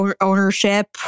ownership